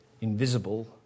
invisible